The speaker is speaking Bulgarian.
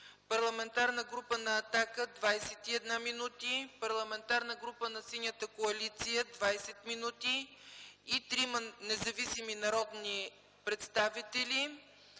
Парламентарната група на „Атака” – 21 минути; Парламентарната група на „Синята коалиция” – 20 минути, и трима независими народни представители